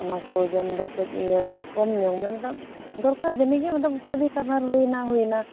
ᱚᱱᱟ ᱠᱚ ᱡᱚᱢ ᱫᱚ ᱠᱟᱹᱡ ᱤᱭᱟᱹ ᱠᱚᱢ ᱧᱚᱜ ᱢᱮ ᱢᱮᱛᱟᱜ ᱫᱚᱨᱠᱟᱨ ᱡᱟᱱᱤ ᱜᱮ ᱢᱚᱛᱞᱚᱵᱽ ᱠᱟᱹᱵᱷᱤ ᱠᱟᱵᱷᱟᱨ ᱦᱩᱭᱱᱟ ᱦᱩᱭᱱᱟ